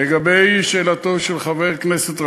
לגבי שאלתו של חבר הכנסת גנאים,